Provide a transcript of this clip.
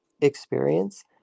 experience